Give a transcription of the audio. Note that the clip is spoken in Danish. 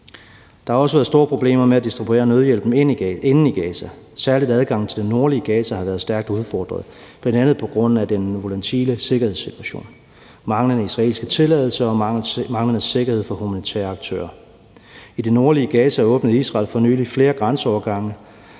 Der har også været store problemer med at distribuere nødhjælpen inde i Gaza, særlig adgangen til det nordlige Gaza har været stærkt udfordret, bl.a. på grund af den nu volatile sikkerhedssituation, manglende israelske tilladelser og manglende sikkerhed for humanitære aktører. I den nordlige Gaza åbnede Israel for nylig flere grænseovergange